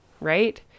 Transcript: right